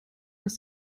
ist